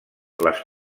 les